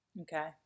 Okay